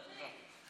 דודי,